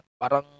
Parang